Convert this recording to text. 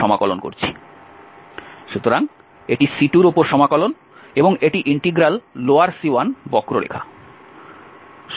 সুতরাং এটি C2এর উপর সমাকলন এবং এটি ইন্টিগ্রাল লোয়ার C1 বক্ররেখা